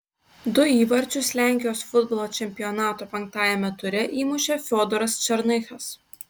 du įvarčius lenkijos futbolo čempionato penktajame ture įmušė fiodoras černychas